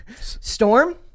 Storm